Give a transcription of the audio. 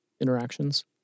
interactions